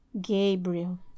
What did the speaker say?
Gabriel